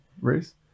race